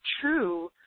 true